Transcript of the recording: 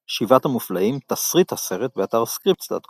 "שבעת המופלאים", תסריט הסרט באתר Scripts.com